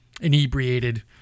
inebriated